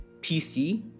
PC